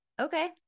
okay